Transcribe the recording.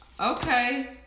Okay